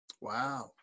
Wow